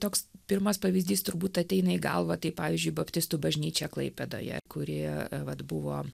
toks pirmas pavyzdys turbūt ateina į galvą tai pavyzdžiui baptistų bažnyčia klaipėdoje kuri vat buvo